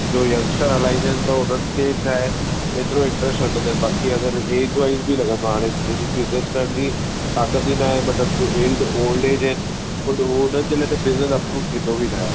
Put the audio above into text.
जो यंगस्टर हलाईंदा आहिनि त हुननि खे छाहे एतिरो इंट्रैस्ट वठंदा आहिनि बाक़ी अगरि एज वाइज़ बि लॻंदो आहे हाणे जंहिंजी बिज़नैस फैमिली ताकत ई नाहे मतलबु जो एल्ड ऑल्ड एज आहिनि पोइ त उहो हुननि जे लाइ त बिज़नेस एप्रूव्ड थींदो बि नाहे